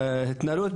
החלטות.